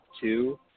two